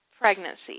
pregnancy